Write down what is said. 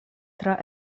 tra